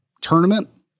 tournament